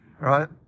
right